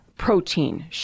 protein